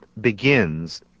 begins